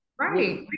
Right